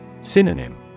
Synonym